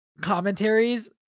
commentaries